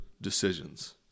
decisions